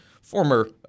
former